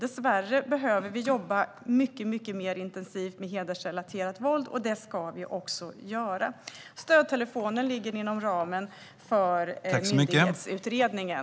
Dessvärre behöver vi jobba mycket mer intensivt med hedersrelaterat våld, och det ska vi också göra. Stödtelefonen ligger inom ramen för myndighetsutredningen.